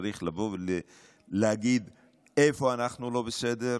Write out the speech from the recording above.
צריך לבוא ולהגיד איפה אנחנו לא בסדר,